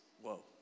Whoa